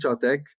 tech